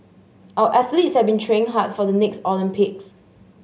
our athletes have been training hard for the next Olympics